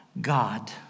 God